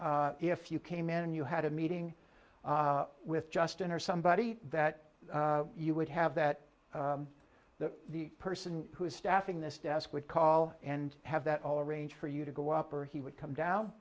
or if you came in and you had a meeting with justin or somebody that you would have that the person who is staffing this desk would call and have that all arrange for you to go up or he would come down